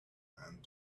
and